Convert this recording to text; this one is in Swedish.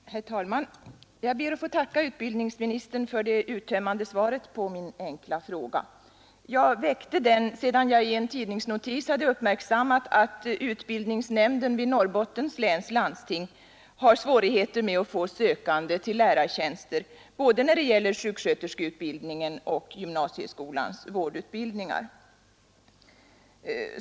Herr talman! Jag ber att få tacka utbildningsministern för det uttömmande svaret på min enkla fråga. Jag framställde den sedan jag i en tidningsnotis hade uppmärksammat att utbildningsnämnden vid Norrbottens läns landsting har svårigheter med att få sökande till lärartjänster både när det gäller sjuksköterskeutbildningen och när det gäller gymnasieskolans vårdutbildningar.